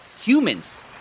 humans